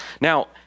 Now